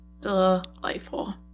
Delightful